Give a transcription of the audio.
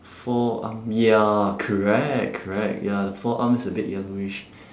forearm ya correct correct ya the forearm is a bit yellowish